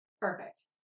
Perfect